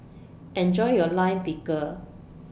Enjoy your Lime Pickle